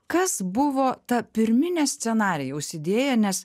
kas buvo ta pirminė scenarijaus idėja nes